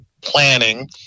planning